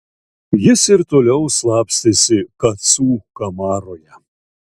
jis ir toliau slapstėsi kacų kamaroje